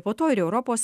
po to ir europos